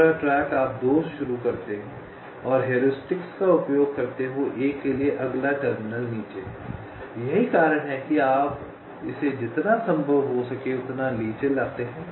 दूसरा आप ट्रैक 2 शुरू करते हैं और हेउरिस्टिक का उपयोग करते हुए 1 के लिए अगला टर्मिनल नीचे है यही कारण है कि आप इसे जितना संभव हो उतना नीचे लाते हैं